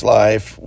life